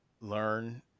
learn